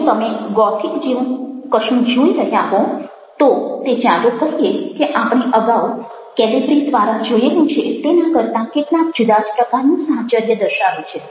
જો તમે ગોથિક જેવું કશું જોઈ રહ્યા હો તો તે ચાલો કહીએ કે આપણે અગાઉ કેલિબ્રિ દ્વારા જોયેલું છે તેના કરતાં કેટલાક જુદા જ પ્રકારનું સાહચર્ય દર્શાવે છે